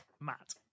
Matt